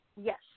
Yes